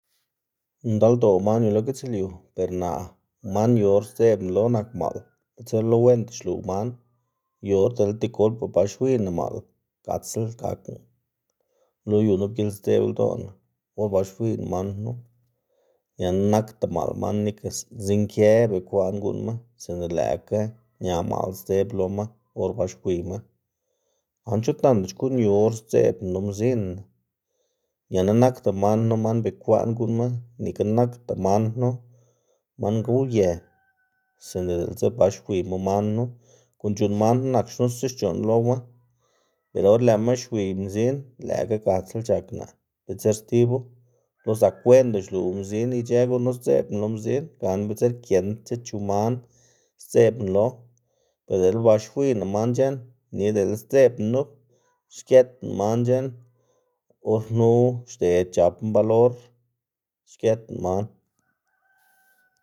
Ndaldoꞌ man yu lo gitslyu, ber naꞌ man yu or sdzeꞌbná lo nak maꞌl, bitser lo wenda xluꞌw man, yu or dele tigolpa ba xwiyná maꞌl gatsla g̲akná lo yu nup gilsdzeꞌb ldoꞌná or ba xwiyná man knu, ñana nakda maꞌl man nika zinkë bekwaꞌn guꞌnnma sinda lëꞌkga ña maꞌl sdzeb loma or ba xwiyma. Gana chut nanda xkuꞌn yu or sdzeꞌbná lo mzinna ñana nakda man knu man bekwaꞌn guꞌnnma nika nakda man knu man gowye sinda diꞌltsa ba xiyma man knu guꞌn c̲h̲uꞌnn man knu nak xnusa xc̲h̲oꞌn loma, ber or lëꞌma xwiy mdzin lëꞌkga gatsla c̲h̲akná bitser stibu lo zak wenda xluꞌw mzin bitser ic̲h̲ë gunu sdzeꞌbná lo mzin gana bitser giendc̲h̲a chu man sdzeꞌbná lo, ber dele ba xwiyná man c̲h̲eꞌn nika dele sdzeꞌbná nup xgëtná man c̲h̲eꞌn, or knu xded c̲h̲apná balor xgëtná man.